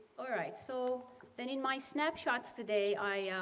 all right. so then in my snapshots today, i